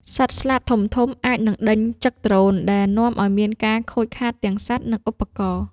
សត្វស្លាបធំៗអាចនឹងដេញចឹកដ្រូន ដែលនាំឱ្យមានការខូចខាតទាំងសត្វ និងឧបករណ៍។